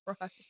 Right